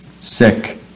sick